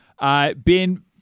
Ben